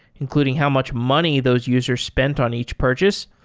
including how much money those users spent on each purchase,